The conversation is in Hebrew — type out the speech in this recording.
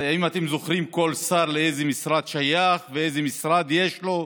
האם אתם זוכרים כל שר לאיזה משרד הוא שייך ואיזה משרד יש לו,